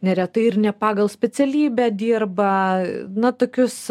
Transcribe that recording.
neretai ir ne pagal specialybę dirba na tokius